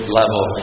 level